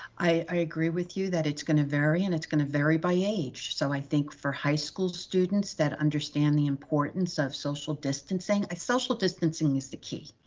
i agree with you that it's gonna vary and it's gonna vary by age. so i think for high school students that understand the importance of social distancing, social distancing is the key.